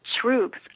troops